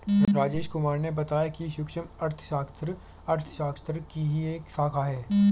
राजेश कुमार ने बताया कि सूक्ष्म अर्थशास्त्र अर्थशास्त्र की ही एक शाखा है